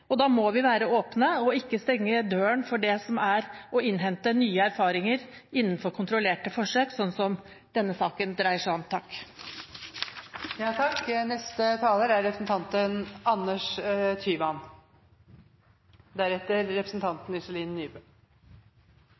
og da må vi være åpne og ikke stenge døren for å innhente nye erfaringer gjennom kontrollerte forsøk, som denne saken dreier seg om.